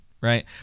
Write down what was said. right